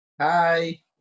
Hi